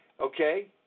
okay